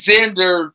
Xander